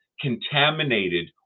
contaminated